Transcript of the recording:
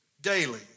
daily